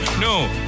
No